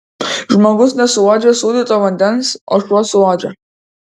žmogus nesuuodžia sūdyto vandens o šuo suuodžia